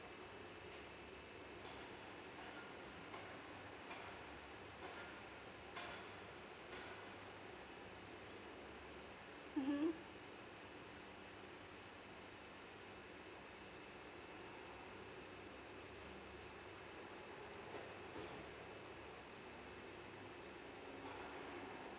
mmhmm